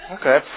Okay